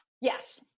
Yes